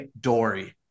Dory